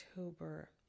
October